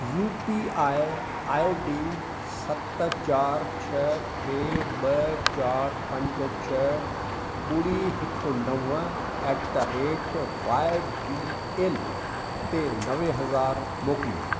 U P I I D सत चारि छह टे ॿ चारि पंज छह ॿुड़ी हिकु नव at the rate Y B L ते नवें हज़ार मोकिलियो